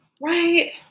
Right